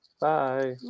Bye